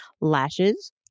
lashes